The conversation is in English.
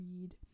read